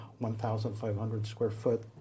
1,500-square-foot